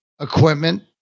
equipment